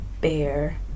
bear